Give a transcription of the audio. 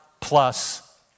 plus